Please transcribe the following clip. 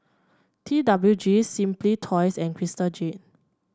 T W G Simply Toys and Crystal Jade